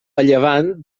llevant